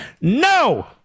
no